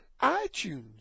iTunes